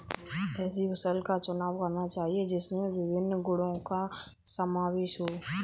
ऐसी फसल का चुनाव करना चाहिए जिसमें विभिन्न गुणों का समावेश हो